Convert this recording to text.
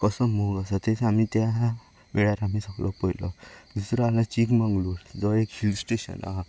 कसो मोग आसा तें सुद्दां आमी त्या वेळार सगळो आमी पळयलो दुसरो आसलो चिकमंगळूर तो एक हिल स्टेशन आसा